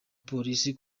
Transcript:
polisi